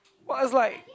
but it's like